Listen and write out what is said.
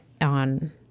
on